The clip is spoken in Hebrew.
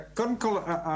קודם כל,